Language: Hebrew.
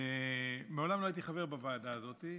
מעולם לא הייתי חבר בוועדה הזאת,